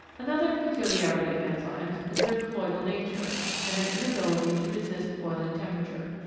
another pecu liarity of enzymes is their colloidal nature and their inability to resist boiling temperature.